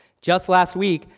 just last week,